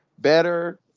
Better